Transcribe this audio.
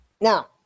Now